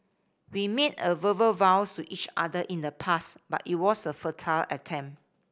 we made a verbal vows to each other in the past but it was a futile attempt